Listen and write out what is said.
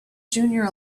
junior